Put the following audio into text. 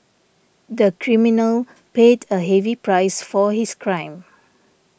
the criminal paid a heavy price for his crime